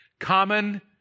Common